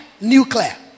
Nuclear